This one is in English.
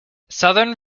southern